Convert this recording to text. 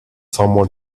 someone